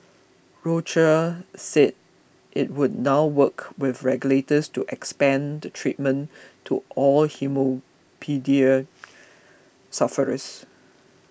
Roche said it would now work with regulators to expand the treatment to all haemophilia sufferers